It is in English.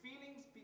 feelings